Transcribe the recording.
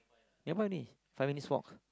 nearby only five minutes walk